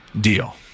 deal